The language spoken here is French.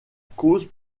cause